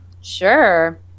Sure